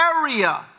area